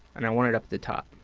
and i want it up at the top.